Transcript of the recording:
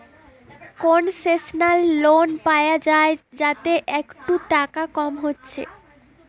concessional loan পায়া যায় যাতে একটু টাকা কম হচ্ছে